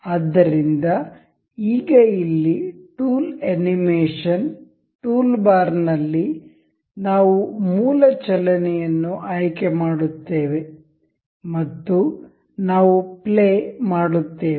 ಆದ್ದರಿಂದ ಈಗ ಇಲ್ಲಿ ಟೂಲ್ ಆನಿಮೇಷನ್ ಟೂಲ್ಬಾರ್ನಲ್ಲಿ ನಾವು ಮೂಲ ಚಲನೆಯನ್ನು ಆಯ್ಕೆ ಮಾಡುತ್ತೇವೆ ಮತ್ತು ನಾವು ಪ್ಲೇ ಮಾಡುತ್ತೇವೆ